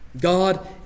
God